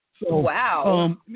Wow